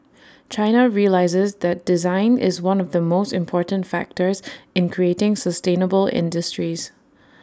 China realises that design is one of the most important factors in creating sustainable industries